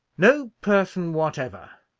no person whatever.